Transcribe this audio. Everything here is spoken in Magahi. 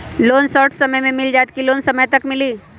लोन शॉर्ट समय मे मिल जाएत कि लोन समय तक मिली?